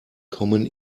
kommen